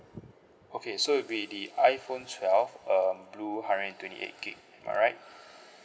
okay so it would be the iphone twelve uh blue hundred and twenty eight gig am I right